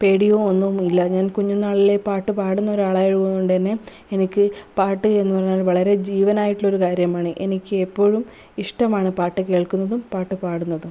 പേടിയോ ഒന്നും ഇല്ല ഞാൻ കുഞ്ഞുന്നാളിലെ പാട്ട് പാടുന്ന ഒരാളായത് കൊണ്ടുതന്നെ എനിക്ക് പാട്ട് എന്ന് പറഞ്ഞാൽ വളരെ ജീവനായിട്ടുള്ള ഒരു കാര്യമാണ് എനിക്ക് എപ്പോഴും ഇഷ്ടമാണ് പാട്ട് കേൾക്കുന്നതും പാട്ട് പാടുന്നതും